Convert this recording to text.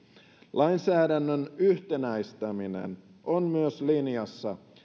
lainsäädännön yhtenäistäminen on myös linjassa